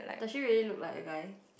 does she really look like a guy